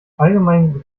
allgemein